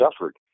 suffered